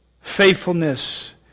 faithfulness